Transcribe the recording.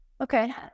Okay